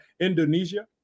Indonesia